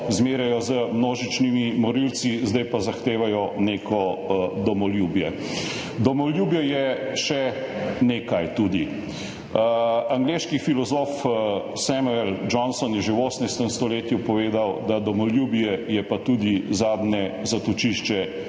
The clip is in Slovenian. zmerjajo z množičnimi morilci, zdaj pa zahtevajo neko domoljubje. Domoljubje je tudi še nekaj. Angleški filozof Samuel Johnson je že v 18. stoletju povedal, da je domoljubje tudi zadnje zatočišče